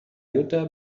jutta